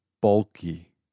bulky